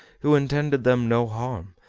who intended them no harm,